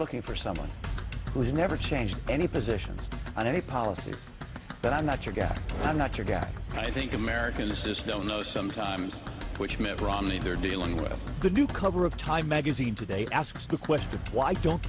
looking for someone who has never changed any positions on any policy but i'm not your guy i'm not your guy i think americans just don't know sometimes which mitt romney they're dealing with the new cover of time magazine today asks the question why don't